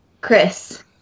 Chris